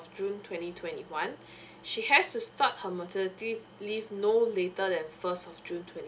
of june twenty twenty one she has to start her maternity leave no later than first of june twenty